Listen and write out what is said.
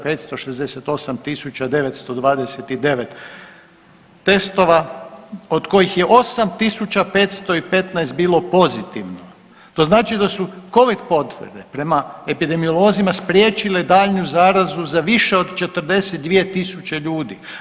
568.929 testova od kojih je 8.515 bilo pozitivno, to znači da su covid potvrde prema epidemiolozima spriječile daljnju zarazu za više od 42.000 ljudi.